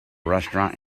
restaurant